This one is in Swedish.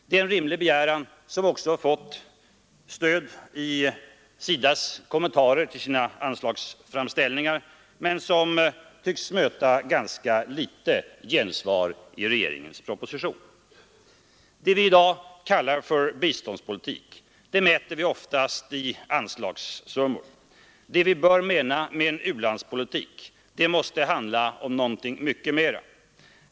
Det är en rimlig begäran, som också har fått stöd i SIDA:s kommentarer till sina anslagsframställningar men som tycks möta ganska litet gensvar i regeringens proposition. Det som vi i dag kallar för biståndspolitik mäter vi oftast i anslagssummor. Det vi bör mena med en u-landspolitik måste handla om någonting mycket mera.